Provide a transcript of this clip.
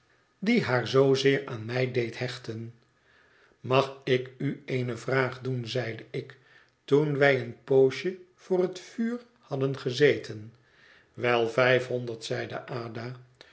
die haar zoozeer aan mij deed hechten mag ik u eene vraag doen zeide ik toen wij een poosje voor het vuur hadden gezeten wel vijfhonderd zeide ada